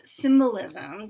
symbolism